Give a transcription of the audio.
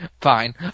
fine